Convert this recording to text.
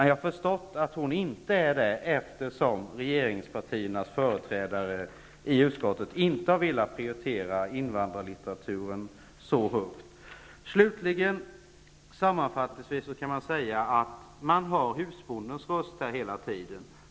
Jag har förstått att hon inte är det, eftersom regeringspartiernas företrädare i utskottet inte har velat prioritera invandrarlitteraturen så högt. Slutligen kan man som sammanfattning säga att man hör husbondens röst hela tiden.